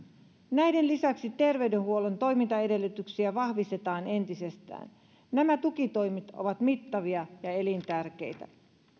näiden lisäksi terveydenhuollon toimintaedellytyksiä vahvistetaan entisestään nämä tukitoimet ovat mittavia ja elintärkeitä